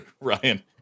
Ryan